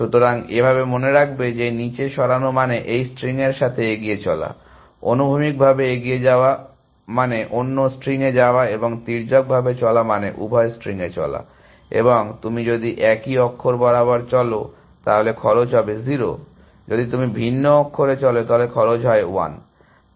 সুতরাং এখানে মনে রাখবে যে নিচে সরানো মানে এই স্ট্রিং এর সাথে এগিয়ে চলা অনুভূমিকভাবে এগিয়ে যাওয়া মানে অন্য স্ট্রিংয়ে যাওয়া এবং তির্যকভাবে চলা মানে উভয় স্ট্রিংয়ে চলা এবং তুমি যদি একই অক্ষর বরাবর চলো তাহলে খরচ হবে 0 যদি তুমি ভিন্ন অক্ষরে চলো তাহলে খরচ হয় 1